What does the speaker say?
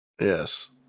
Yes